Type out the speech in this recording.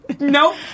Nope